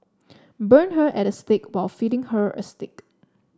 burn her at the stake while feeding her a steak